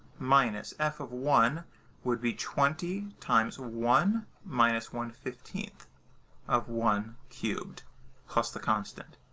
minus f of one would be twenty times one minus one fifteen of one cubed plus the constant.